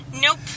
Nope